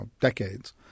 decades